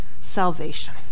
salvation